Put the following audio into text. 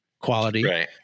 quality